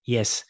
Yes